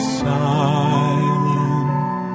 silent